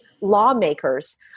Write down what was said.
lawmakers